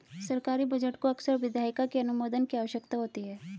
सरकारी बजट को अक्सर विधायिका के अनुमोदन की आवश्यकता होती है